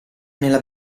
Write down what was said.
nella